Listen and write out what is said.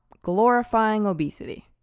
glorifying obesity.